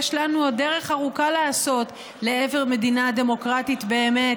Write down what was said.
יש לנו עוד דרך ארוכה לעשות לעבר מדינה דמוקרטית באמת,